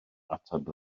ateb